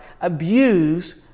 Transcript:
abuse